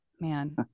man